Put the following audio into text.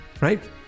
right